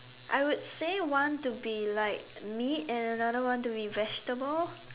I would say one to be like meat and another one to be vegetable